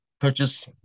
purchase